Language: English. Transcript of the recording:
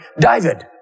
David